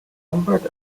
numbered